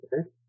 Okay